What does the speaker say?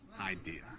idea